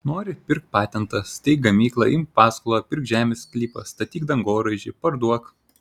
nori pirk patentą steik gamyklą imk paskolą pirk žemės sklypą statyk dangoraižį parduok